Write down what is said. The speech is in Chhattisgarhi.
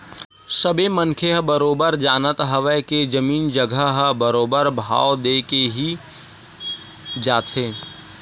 सबे मनखे ह बरोबर जानत हवय के जमीन जघा ह बरोबर भाव देके ही जाथे